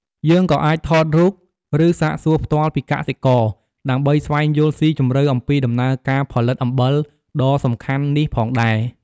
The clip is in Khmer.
យើងក៏អាចថតរូប ឬសាកសួរផ្ទាល់ពីកសិករ ដើម្បីស្វែងយល់ស៊ីជម្រៅអំពីដំណើរការផលិតអំបិលដ៏សំខាន់នេះផងដែរ។